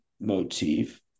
motif